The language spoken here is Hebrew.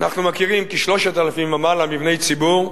אנחנו מכירים כ-3,000 ומעלה מבני ציבור.